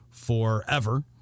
Forever